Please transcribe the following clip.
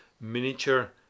miniature